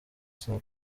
saa